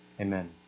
Amen